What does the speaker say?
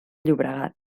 llobregat